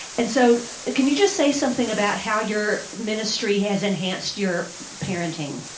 and so can you just say something about how your ministry has enhanced your parenting?